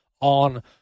on